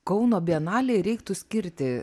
kauno bienalei reiktų skirti